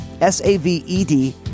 S-A-V-E-D